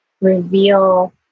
reveal